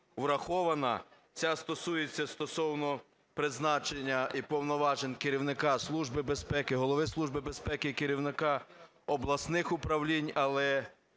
врахована. Ця стосується стосовно призначення і повноважень керівника Служби безпеки, голови Служби безпеки і керівника обласних управлінь, але